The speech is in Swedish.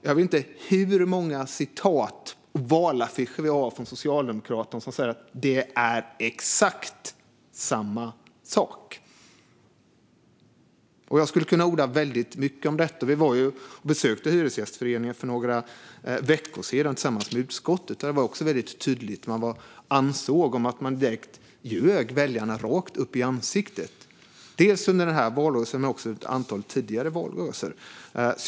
Jag vet inte hur många citat och valaffischer det finns från Socialdemokraterna där man säger att det är exakt samma sak. Jag skulle kunna orda väldigt mycket om detta. Utskottet besökte Hyresgästföreningen för några veckor sedan. Det var tydligt att de ansåg att väljarna hade ljugits rakt upp i ansiktet under den här valrörelsen men också under ett antal tidigare valrörelser.